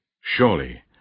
Surely